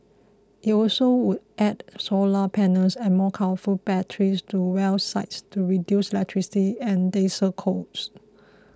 it also would add solar panels and more powerful batteries to well sites to reduce electricity and diesel costs